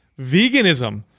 veganism